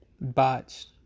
botched